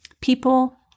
People